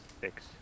six